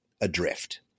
adrift